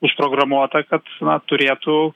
užprogramuota kad na turėtų